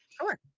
Sure